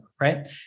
right